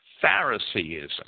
Phariseeism